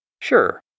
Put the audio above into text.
Sure